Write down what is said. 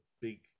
big